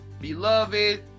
beloved